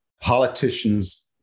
politicians